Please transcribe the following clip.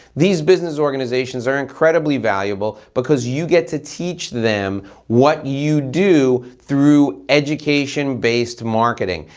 these business organizations are incredibly valuable because you get to teach them what you do through education-based marketing.